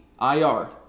IR